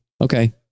okay